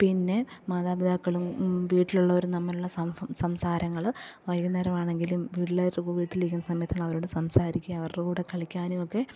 പിന്നെ മാതാപിതാക്കളും വീട്ടിലുള്ളവരും തമ്മിലുള്ള സംസാരങ്ങൾ വൈകുന്നേരമാണെങ്കിലും പിള്ളേർ വീട്ടിലിരിക്കുന്ന സമയത്ത് അവരോട് സംസാരിക്കുക അവരുടെ കൂടെ കളിക്കാനും ഒക്കെ